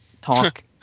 talk